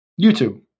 YouTube